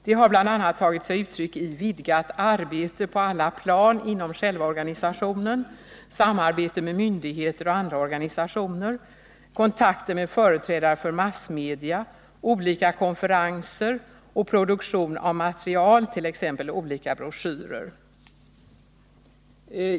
Det har bl.a. tagit sig uttryck i vidgat arbete på alla plan inom själva organisationen, samarbete med myndigheter och andra organisationer, kontakter med företrädare för massmedia, olika konferenser och produktion av material, t.ex. olika broschyrer.